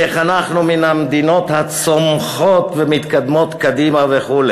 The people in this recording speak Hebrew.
איך אנחנו מן המדינות הצומחות ומתקדמות קדימה וכו',